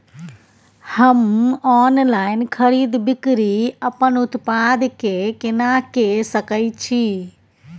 हम ऑनलाइन खरीद बिक्री अपन उत्पाद के केना के सकै छी?